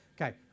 Okay